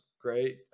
Great